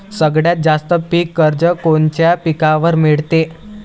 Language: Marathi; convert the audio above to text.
सगळ्यात जास्त पीक कर्ज कोनच्या पिकावर मिळते?